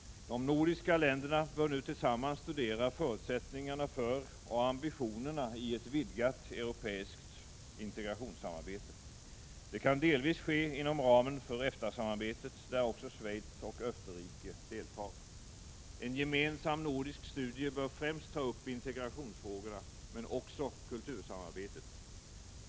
De nordiska länderna bör nu tillsammans studera förutsättningarna för och ambitionerna i ett vidgat europeiskt integrationssamarbete. Det kan delvis ske inom ramen för EFTA-samarbetet, där också Schweiz och Österrike deltar. En gemensam nordisk studie bör främst ta upp integrationsfrågorna men också kultursamarbetet.